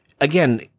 again